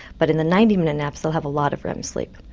but in the ninety minute naps they'll have a lot of rem sleep.